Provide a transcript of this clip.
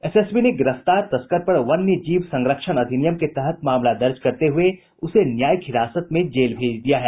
SSB ने गिरफ्तार तस्कर पर वन्य जीव संरक्षण अधिनियम के तहत मामला दर्ज करते हुए उसे न्यायिक हिरासत में जेल भेज दिया है